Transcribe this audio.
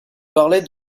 parlaient